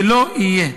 זה לא יהיה.